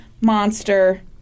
monster